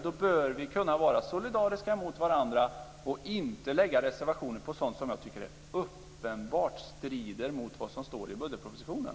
Då bör vi kunna vara solidariska mot varandra och inte lägga fram reservationer om sådant som jag tycker uppenbart strider mot vad som står i budgetpropositionen.